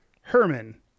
Herman